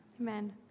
Amen